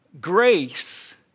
grace